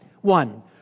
One